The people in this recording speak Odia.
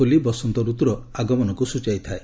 ହୋଲି ବସନ୍ତ ରତୁର ଆଗମନକୁ ସୂଚାଇଥାଏ